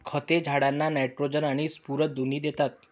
खते झाडांना नायट्रोजन आणि स्फुरद दोन्ही देतात